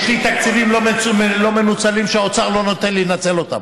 יש לי תקציבים לא מנוצלים שהאוצר לא נותן לי לנצל אותם,